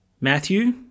Matthew